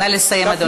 נא לסיים, אדוני.